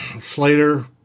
Slater